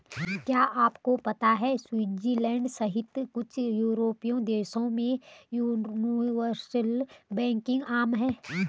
क्या आपको पता है स्विट्जरलैंड सहित कुछ यूरोपीय देशों में यूनिवर्सल बैंकिंग आम है?